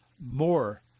more